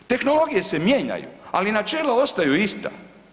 Tehnologije se mijenjaju, ali načela ostaju ista.